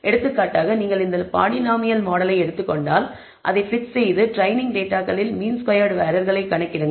எடுத்துக்காட்டாக நீங்கள் இந்த பாலினாமியல் மாடலை எடுத்துக் கொண்டால் அதைப் பிட் செய்து ட்ரெய்னிங் டேட்டாகளில் மீன் ஸ்கொயர்ட் எரர்களை கணக்கிடுங்கள்